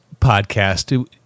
podcast